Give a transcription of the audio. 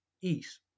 east